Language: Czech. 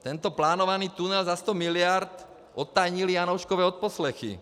Tento plánovaný tunel za 100 miliard odtajnily Janouškovy odposlechy.